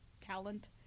talent